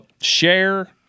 share